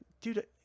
dude